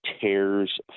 tears